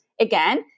Again